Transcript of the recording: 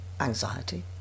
anxiety